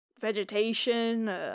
Vegetation